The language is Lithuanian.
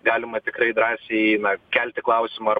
galima tikrai drąsiai na kelti klausimą ar